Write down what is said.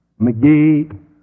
McGee